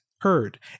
heard